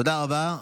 תודה רבה.